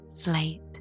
slate